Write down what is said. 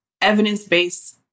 evidence-based